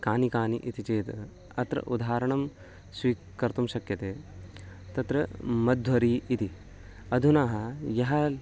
कानि कानि इति चेत् अत्र उरदाहारणं स्वीकर्तुं शक्यते तत्र मध्वरि इति अधुना यः